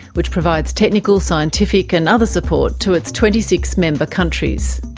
which provides technical, scientific and other support to its twenty six member countries.